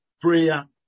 prayer